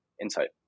insight